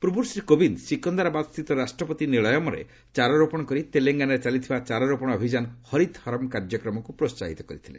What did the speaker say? ପୂର୍ବରୁ ଶ୍ରୀ କୋବିନ୍ଦ ସିକନ୍ଦରାବାଦସ୍ଥିତ ରାଷ୍ଟ୍ରପତି ନିଳୟମରେ ଚାରାରୋପଣ କରି ତେଲେଙ୍ଗାନାରେ ଚାଲିଥିବା ଚାରାରୋପଣ ଅଭିଯାନ ହରିତହରମ କାର୍ଯ୍ୟକ୍ରମକୁ ପ୍ରୋହାହିତ କରିଥିଲେ